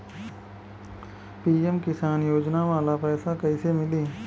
PM Kisan योजना वाला पैसा कईसे मिली?